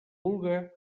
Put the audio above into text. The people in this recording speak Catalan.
vulga